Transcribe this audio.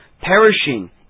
perishing